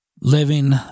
living